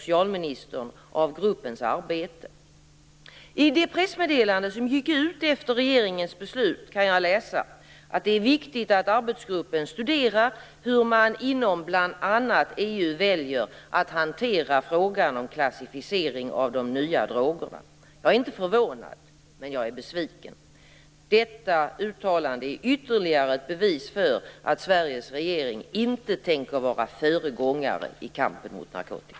I det pressmeddelande som gick ut efter regeringens beslut kan jag läsa att det är viktigt att arbetsgruppen studerar hur man inom bl.a. EU väljer att hantera frågan om klassificering av de nya drogerna. Jag är inte förvånad, men jag är besviken. Detta uttalande är ytterligare ett bevis för att Sveriges regering inte tänker vara föregångare i kampen mot narkotika.